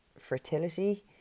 fertility